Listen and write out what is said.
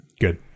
Good